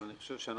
אבל גם